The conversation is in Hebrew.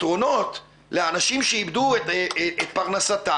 הפתרונות לאנשים שאיבדו את פרנסתם,